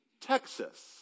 Texas